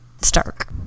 stark